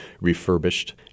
refurbished